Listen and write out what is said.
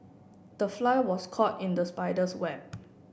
the fly was caught in the spider's web